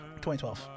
2012